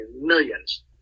millions